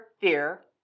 fear